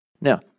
Now